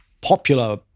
popular